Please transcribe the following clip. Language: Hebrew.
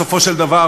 בסופו של דבר,